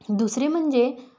दुसरे म्हणजे